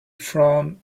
frown